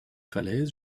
falaises